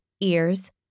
ears